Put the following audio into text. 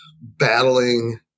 battling –